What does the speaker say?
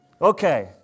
Okay